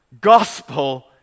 gospel